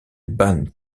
ban